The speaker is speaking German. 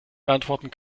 beantworten